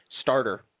starter